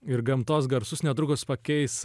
ir gamtos garsus netrukus pakeis